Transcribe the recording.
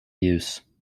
use